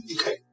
Okay